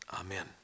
amen